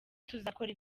tuzakora